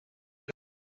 que